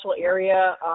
area